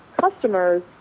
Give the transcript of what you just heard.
customers